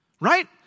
Right